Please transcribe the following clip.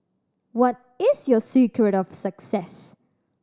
what is your secret of success